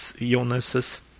illnesses